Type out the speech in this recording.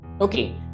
Okay